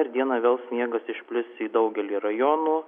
ir dieną vėl sniegas išplis į daugelį rajonų